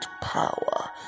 power